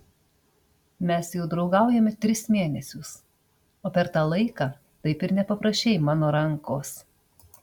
mes jau draugaujame tris mėnesius o per tą laiką taip ir nepaprašei mano rankos